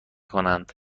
کنند